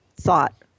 thought